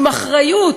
עם אחריות,